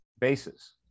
bases